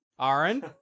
Aaron